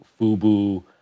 FUBU